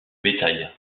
bétail